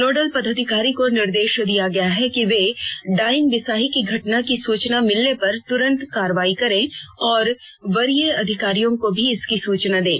nodal पदाधिकारी को निर्देश दिया गया है कि वे डायन बिसाही की घटना की सुचना मिलने पर तुरंत कार्रवाई करें और वरीय अधिकारियों को भी इसकी सुचना दें